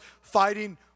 fighting